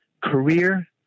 Career